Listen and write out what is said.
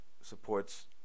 supports